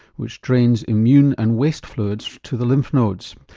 which drains immune and waste fluids to the lymph nodes.